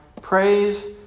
Praise